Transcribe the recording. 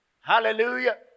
Hallelujah